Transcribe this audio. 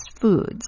Foods